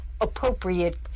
appropriate